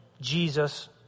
Jesus